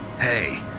Hey